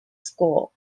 school